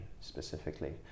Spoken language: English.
specifically